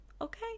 okay